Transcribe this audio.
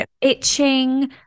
itching